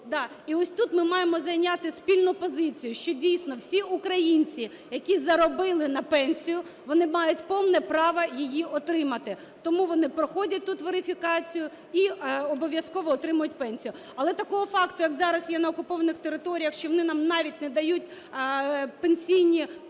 І ось тут ми маємо зайняти спільну позицію, що, дійсно, всі українці, які заробили на пенсію, вони мають повне право її отримати. Тому вони проходять тут верифікацію і обов'язково отримують пенсію. Але такого факту, як зараз є на окупованих територіях, що вони нам навіть не дають пенсійні